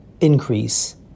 increase